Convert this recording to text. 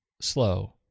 Slow